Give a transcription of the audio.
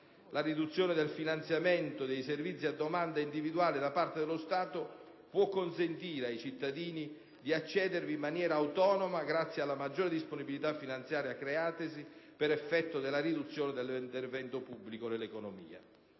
La riduzione del finanziamento dei servizi a domanda individuale da parte dello Stato può consentire ai cittadini di accedervi in maniera autonoma grazie alla maggiore disponibilità finanziaria creatasi per effetto della riduzione dell'intervento pubblico nell'economia.